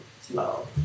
slow